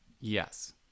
Yes